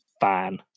Fine